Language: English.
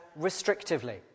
restrictively